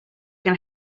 can